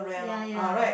yeah yeah